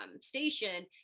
station